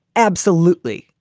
absolutely.